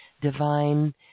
divine